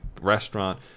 restaurant